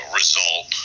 result